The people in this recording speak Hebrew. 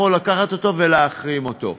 יכול לקחת אותו ולהחרים אותו.